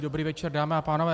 Dobrý večer, dámy a pánové.